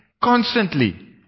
constantly